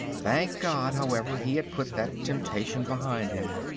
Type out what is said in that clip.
thank god, however, he had put that temptation behind him.